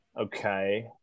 Okay